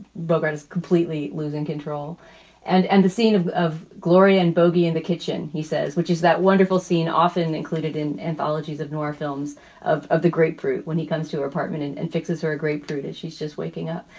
bogart is completely losing control and and the scene of of glory and bogie in the kitchen, he says, which is that wonderful scene, often included in anthologies of nora, films of of the grapefruit when he comes to apartment and fixes her a grapefruit as she's just waking up.